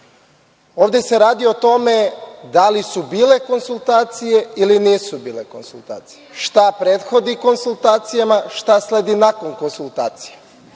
Ovde se radi o tome da li su bile konsultacije ili nisu bile konsultacije. Šta prethodi konsultacijama, šta sledi nakon konsultacija.